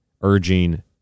urging